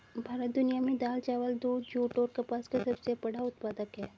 भारत दुनिया में दाल, चावल, दूध, जूट और कपास का सबसे बड़ा उत्पादक है